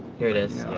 here it is